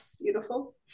Beautiful